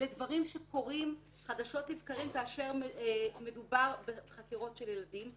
אלה דברים שקורים חדשות לבקרים כאשר מדובר בחקירות של ילדים.